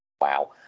Wow